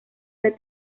del